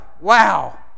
Wow